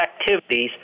activities